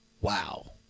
Wow